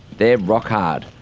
they're rock-hard,